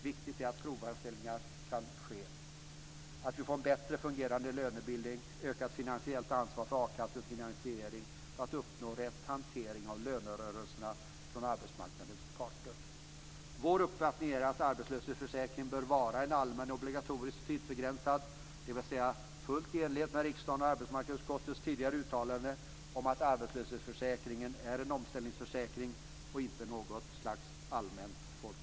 Viktigt är att provanställningar kan ske samt att vi får en bättre fungerande lönebildning och ett ökat finansiellt ansvar för a-kassans finansiering och för att uppnå rätt hantering av lönerörelserna från arbetsmarknadens parter. Vår uppfattning är att arbetslöshetsförsäkringen bör vara allmän, obligatorisk och tidsbegränsad, dvs. fullt i enlighet med riksdagens och arbetsmarknadsutskottets tidigare uttalande om att arbetslöshetsförsäkringen är en omställningsförsäkring och inte något slags allmänt folkbidrag.